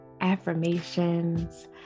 affirmations